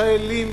החיילים,